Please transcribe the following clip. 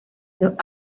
dos